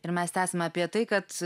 ir mes tęsiame apie tai kad